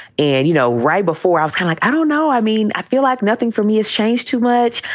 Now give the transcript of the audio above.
and, you know, right before i was like, i don't know. i mean, i feel like nothing for me has changed too much.